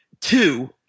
two